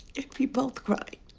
we both cried.